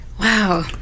Wow